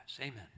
Amen